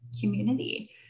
community